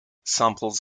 samples